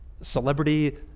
celebrity